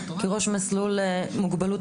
כראש מסלול מוגבלות,